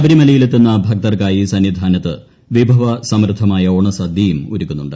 ശബരിമലയിൽ എത്തുന്ന ഭക്തർക്കായി സന്നിധാനത്ത് വിഭവ സമൃദ്ധമായ ഓണസദ്യയും ഒരുക്കുന്നുണ്ട്